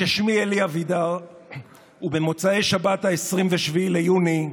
שמי אלי אבידר ובמוצאי שבת, 27 ביוני,